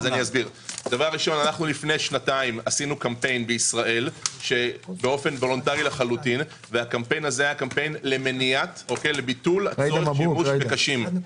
לפני שנתיים עשינו קמפיין וולונטרי למניעת השימוש בקשים.